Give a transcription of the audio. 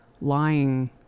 lying